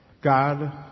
God